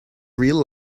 real